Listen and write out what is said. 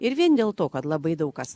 ir vien dėl to kad labai daug kas